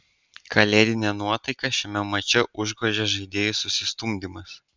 kalėdinę nuotaiką šiame mače užgožė žaidėjų susistumdymas